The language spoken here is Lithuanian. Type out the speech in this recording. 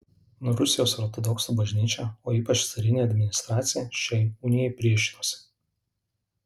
rusijos ortodoksų bažnyčia o ypač carinė administracija šiai unijai priešinosi